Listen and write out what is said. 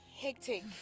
hectic